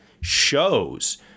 shows